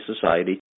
society